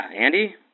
Andy